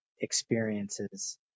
experiences